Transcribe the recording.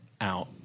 out